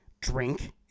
drink